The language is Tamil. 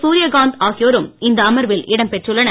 சூரியகாந்த் ஆகியோரும் இந்த அமர்வில் இடம் பெற்றுள்ளனர்